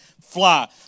Fly